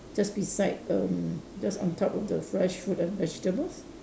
just beside erm just on top of the fresh fruit and vegetables